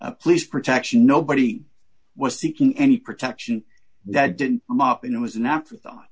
police protection nobody was seeking any protection that didn't come up you know as an afterthought